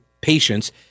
patients